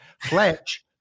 Fletch